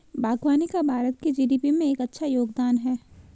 बागवानी का भारत की जी.डी.पी में एक अच्छा योगदान है